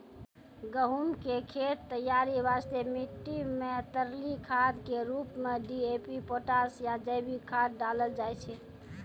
गहूम के खेत तैयारी वास्ते मिट्टी मे तरली खाद के रूप मे डी.ए.पी पोटास या जैविक खाद डालल जाय छै